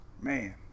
Man